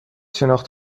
شناخت